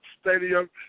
Stadium